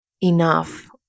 enough